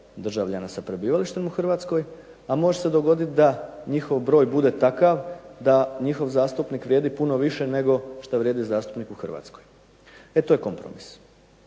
državljana sa prebivalištem u Hrvatskoj, a može se dogoditi da njihov broj bude takav da njihov zastupnik vrijedi puno više nego što vrijedi zastupnik u Hrvatskoj. E to je kompromis.